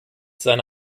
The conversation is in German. seine